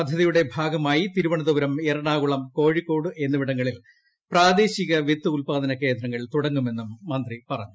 പദ്ധതിയുടെ ഭാഗമായി തിരുവന്ന്ത്പൂരം എറണാകുളം കോഴിക്കോട് എന്നിവിടങ്ങളിൽ പ്രിദ്ദേശിക വിത്ത് ഉത്പാദന കേന്ദ്രങ്ങൾ തുടങ്ങുമെന്നും മന്ത്രി പ്റഞ്ഞു